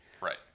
Right